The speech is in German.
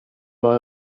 war